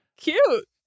Cute